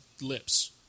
lips